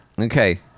Okay